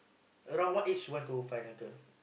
around what age you want to find a girl